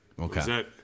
Okay